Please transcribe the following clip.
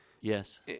Yes